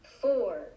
Four